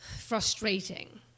frustrating